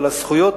אבל הזכויות